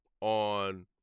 on